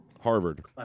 Harvard